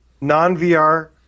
non-VR